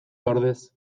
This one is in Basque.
ordez